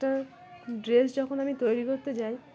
একটা ড্রেস যখন আমি তৈরি করতে যাই